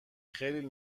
خیلی